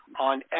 on